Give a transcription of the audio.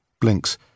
blinks